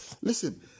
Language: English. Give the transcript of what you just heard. Listen